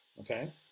okay